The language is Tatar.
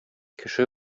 кеше